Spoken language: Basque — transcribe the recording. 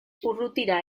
urrutira